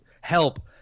help